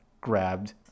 grabbed